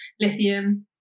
lithium